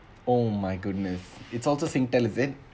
oh my goodness it's also Singtel is it